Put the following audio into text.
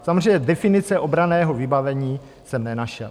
Samozřejmě definice obranného vybavení jsem nenašel.